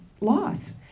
loss